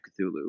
Cthulhu